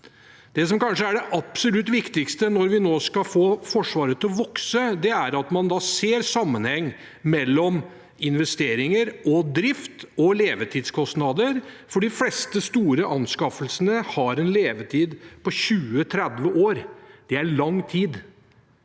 Det som kanskje er det absolutt viktigste når vi nå skal få Forsvaret til å vokse, er at man ser en sammenheng mellom investeringer, drift og levetidskostnader, for de fleste store anskaffelsene har en levetid på 20–30 år, og det er lang tid.